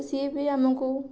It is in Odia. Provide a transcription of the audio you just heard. ସିଏ ବି ଆମକୁ